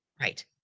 Right